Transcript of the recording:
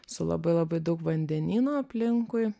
su labai labai daug vandenyno aplinkui